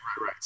Right